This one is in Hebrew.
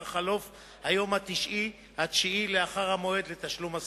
חלוף היום התשיעי לאחר המועד לתשלום השכר.